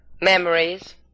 Memories